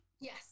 Yes